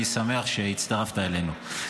אני שמח שהצטרפת אלינו.